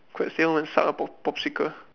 stay on and suck a pop~ popsicle